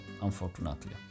unfortunately